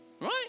Right